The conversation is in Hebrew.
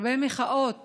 הרבה מחאות